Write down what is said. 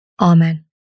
Amen